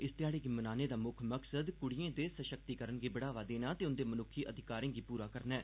इस ध्याड़े गी मनाने दा मुक्ख मकसद कुड़िएं दे सशक्तिकरण गी बढ़ावा देना ते उंदे मनुक्खी अधिकारें गी पूरा करना ऐ